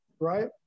right